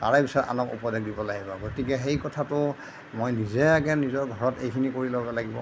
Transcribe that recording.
তাৰে পিছত আনক উপদেশ দিবলে আহিবা গতিকে সেই কথাটো মই নিজে আগে নিজৰ ঘৰত এইখিনি কৰি ল'ব লাগিব